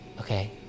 Okay